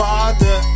Father